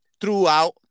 throughout